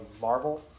Marvel